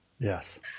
Yes